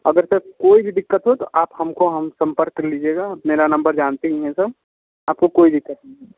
अगर सर कोई भी दिक्कत हो तो आप हमको हम संपर्क कर लीजिएगा मेरा नंबर जानते ही हैं सर आपको कोई दिक्कत नहीं है